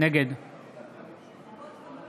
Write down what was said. נגד